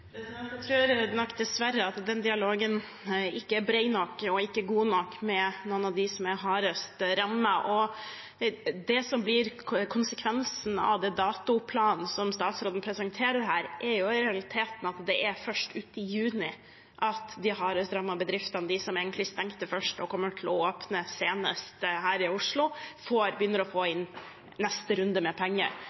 Jeg tror nok dessverre at den dialogen ikke er bred nok og ikke god nok med noen av dem som er hardest rammet. Det som blir konsekvensen av datoplanen som statsråden presenterer her, er jo i realiteten at det er først uti juni at de hardest rammede bedriftene, de som egentlig stengte først og kommer til å åpne senest her i Oslo, begynner å få inn neste runde med penger,